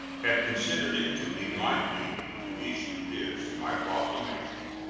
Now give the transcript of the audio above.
have considered it to be my duty to issue this my proclamation,